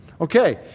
Okay